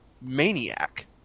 maniac